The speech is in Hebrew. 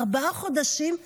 ארבעה חודשים,